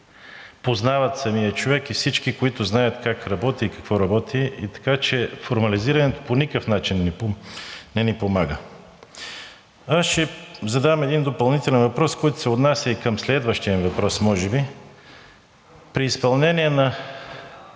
познават самия човек, и всички, които знаят как работи и какво работи, така че формализирането по никакъв начин не ни помага. Аз ще задам един допълнителен въпрос, който се отнася и към следващия въпрос може би. При изпълнение на